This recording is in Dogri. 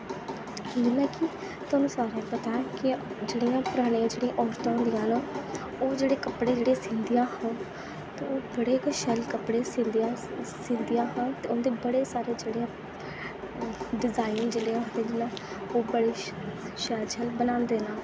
जि'यां कि तुसेंगी सारें गी पता ऐ जेह्ड़ियां औरतां होदियां न ओह् जेह्ड़े कपड़े सीदियां ओह् बडे गै शैल कपड़े सिदियां सिलदियां ही ते हून ते बड़े सारे जेह्ड़े ऐ डियानिंग जेह्ड़े ऐ ओह् बड़े शैल शैल बनांदी न